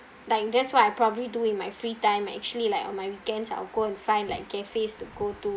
like that's what I probably do in my free time actually like on my weekends I will go and find like cafes to go to